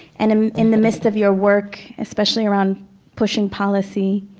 and in in the midst of your work, especially around pushing policy,